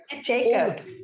Jacob